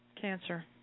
cancer